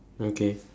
okay